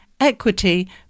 Equity